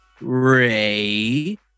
Ray